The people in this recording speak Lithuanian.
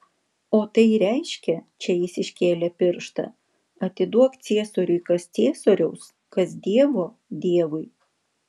o tai reiškia čia jis iškėlė pirštą atiduok ciesoriui kas ciesoriaus kas dievo dievui